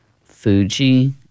Fuji